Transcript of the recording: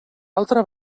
altra